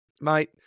Mate